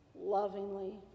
lovingly